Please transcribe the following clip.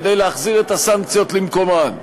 כדי להחזיר את הסנקציות למקומן?